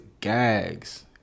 gags